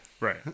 Right